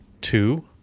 Two